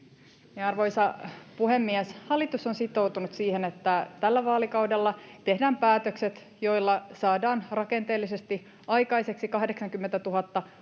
Arvoisa puhemies! Hallitus on sitoutunut siihen, että tällä vaalikaudella tehdään päätökset, joilla saadaan rakenteellisesti aikaiseksi 80 000 uutta